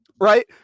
Right